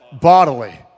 bodily